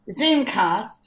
Zoomcast